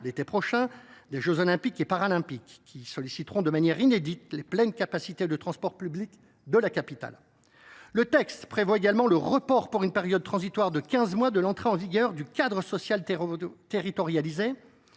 l’été 2024 –, des jeux Olympiques et Paralympiques, qui solliciteront de manière inédite les pleines capacités de transport public de la capitale. Le texte prévoit également le report, pour une période transitoire de quinze mois, de l’entrée en vigueur du cadre social territorialisé,